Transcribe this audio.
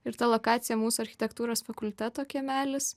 ir ta lokacija mūsų architektūros fakulteto kiemelis